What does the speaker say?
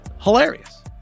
hilarious